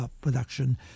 production